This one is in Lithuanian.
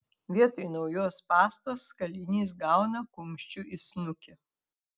vietoj naujos pastos kalinys gauna kumščiu į snukį